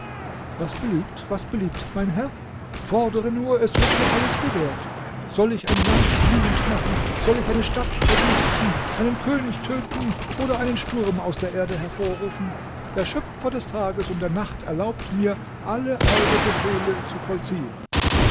was beliebt was beliebt mein herr fordere nur es wird dir alles gewährt soll ich ein land blühend machen soll ich eine stadt verwüsten einen könig töten oder einen sturm aus der erde hervorrufen der schöpfer des tages und der nacht erlaubt mir alle eure befehle zu vollziehen